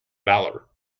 valour